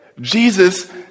Jesus